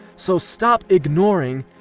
so stop ignoring,